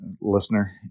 listener